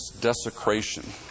desecration